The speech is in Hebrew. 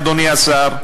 אדוני השר,